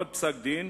עוד פסק-דין,